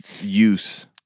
use